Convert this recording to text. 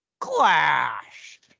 clash